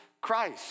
Christ